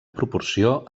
proporció